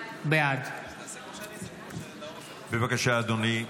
בעד בבקשה, אדוני,